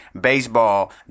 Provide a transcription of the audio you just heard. baseball